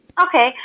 Okay